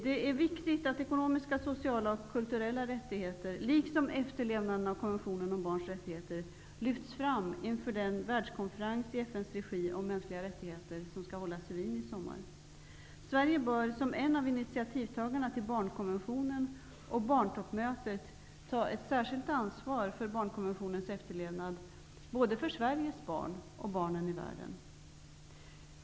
Det är viktigt att ekonomiska, sociala och kulturella rättigheter liksom efterlevnaden av konventionen om barns rättigheter lyfts fram inför den världskonferens i FN:s regi om mänskliga rättigheter som skall hållas i Wien till sommaren. Sverige bör som en av initiativtagarna till barnkonventionen och barntoppmötet ta ett särskilt ansvar för barnkonventionens efterlevnad både för Sveriges barn och för barn i övriga världen.